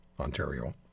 Ontario